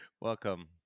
Welcome